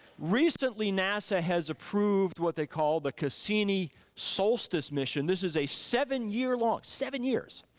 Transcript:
recently, nasa has approved what they call the cassini solstice mission, this is a seven year long, seven years,